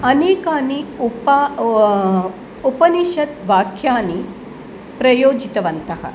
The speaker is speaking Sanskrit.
अनेकानि उप उपनिशत् वाक्यानि प्रयोजितवन्तः